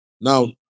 Now